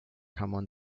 jamón